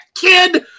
kid